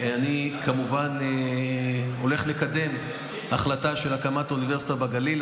אני כמובן הולך לקדם החלטה על הקמת אוניברסיטה בגליל.